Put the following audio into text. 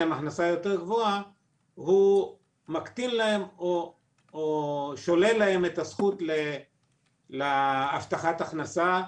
הוא מקטין להן או שולל להן את הזכות להבטחת ההכנסה.